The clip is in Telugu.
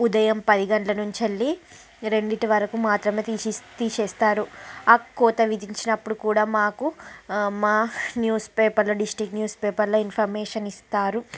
ఉదయం పది గంటల నుంచెళ్ళి రెండిటి వరకు మాత్రమే తీసి తీసేస్తారు ఆ కోత విధించినప్పుడు కూడా మాకు మా న్యూస్ పేపర్లో డిస్టిక్ న్యూస్ పేపర్లో ఇన్ఫర్మేషన్ ఇస్తారు